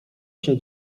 się